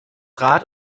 rat